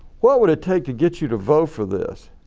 what would it take to get you to vote for this?